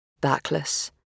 backless